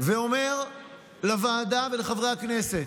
ואומר לוועדה ולחברי הכנסת: